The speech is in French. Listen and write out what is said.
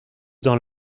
dans